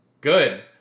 Good